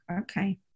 Okay